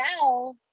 Now